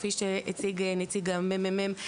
כפי שהציג נציג הממ"מ,